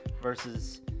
versus